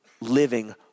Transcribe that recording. living